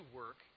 work